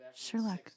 Sherlock